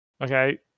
Okay